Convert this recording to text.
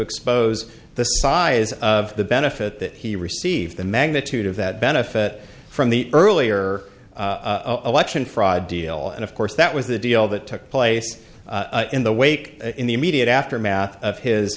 expose the size of the benefit that he received the magnitude of that benefit from the earlier alexion fraud deal and of course that was the deal that took place in the wake in the immediate aftermath of his